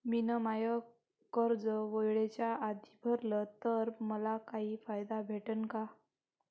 मिन माय कर्ज वेळेच्या आधी भरल तर मले काही फायदा भेटन का?